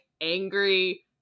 angry